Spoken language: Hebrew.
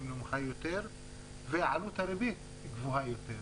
נמוכה יותר ועלות הריבית גבוהה יותר.